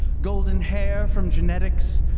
golden hair from genetics,